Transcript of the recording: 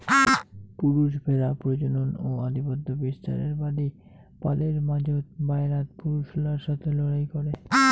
পুরুষ ভ্যাড়া প্রজনন ও আধিপত্য বিস্তারের বাদী পালের মাঝোত, বায়রাত পুরুষলার সথে লড়াই করে